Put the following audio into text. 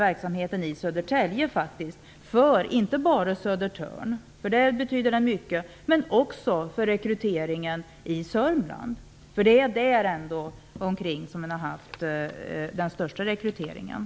Verksamheten i Södertälje betyder faktiskt mycket inte bara för Södertörn utan också för Södermanland. Det är ändå däromkring som man har haft den största rekryteringen.